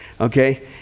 Okay